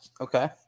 Okay